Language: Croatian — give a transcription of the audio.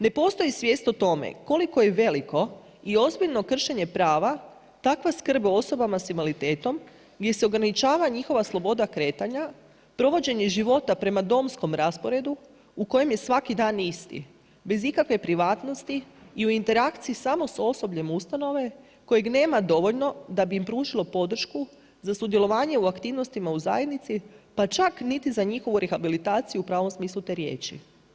Ne postoji svijest o tome, koliko je veliko i ozbiljno kršenje prava, takva skrb o osobama s invaliditetom, gdje se ograničava njihova sloboda kretanja, provođenje života prema domskom rasporedu u kojem je svaki dan isti, bez ikakve privatnosti i u interakciji samo sa osobljem ustanove, koje nema dovoljno da bi pružilo podršku za sudjelovanje u aktivnostima u zajednici, pa čak ni za njihovu rehabilitaciju u pravom smislu te riječi.